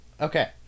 okay